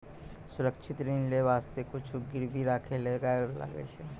सुरक्षित ऋण लेय बासते कुछु गिरबी राखै ले लागै छै